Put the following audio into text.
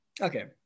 okay